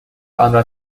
آنرا